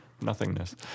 nothingness